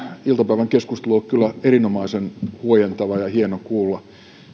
iltapäivän keskustelu on ollut kyllä erinomaisen huojentava ja hieno kuulla